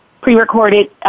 pre-recorded